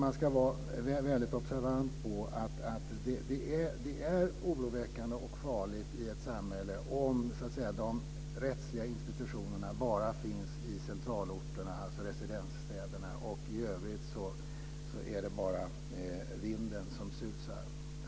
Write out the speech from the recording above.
Man ska vara observant på att det är oroväckande och farligt i ett samhälle om de rättsliga institutionerna bara finns i centralorterna, residensstäderna, och i övrigt är det bara vinden som susar.